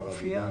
מר אבידן,